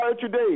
today